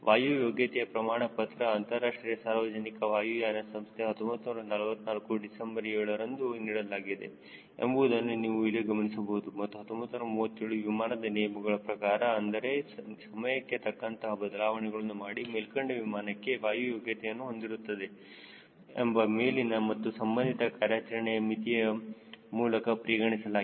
ವಾಯು ಯೋಗ್ಯತೆಯ ಪ್ರಮಾಣ ಪತ್ರವು ಅಂತರಾಷ್ಟ್ರೀಯ ಸಾರ್ವಜನಿಕ ವಾಯುಯಾನ ಸಂಸ್ಥೆಯು 1944 ಡಿಸೆಂಬರ್ ಏಳರಂದು ನೀಡಲಾಗಿದೆ ಎಂಬುದನ್ನು ನೀವು ಇಲ್ಲಿ ಗಮನಿಸಬಹುದು ಮತ್ತು 1937 ವಿಮಾನದ ನಿಯಮಗಳ ಪ್ರಕಾರ ಅಂದರೆ ಸಮಯಕ್ಕೆ ತಕ್ಕಂತಹ ಬದಲಾವಣೆಗಳನ್ನು ಮಾಡಿ ಮೇಲ್ಕಂಡ ವಿಮಾನಕ್ಕೆ ವಾಯು ಯೋಗ್ಯತೆಯನ್ನು ಹೊಂದಿರುತ್ತದೆ ಎಂದು ಮೇಲಿನ ಮತ್ತು ಸಂಬಂಧಿತ ಕಾರ್ಯಾಚರಣೆಯ ಮಿತಿಯ ಮೂಲಕ ಪರಿಗಣಿಸಲಾಗಿದೆ